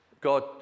God